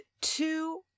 two